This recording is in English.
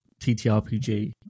TTRPG